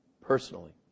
personally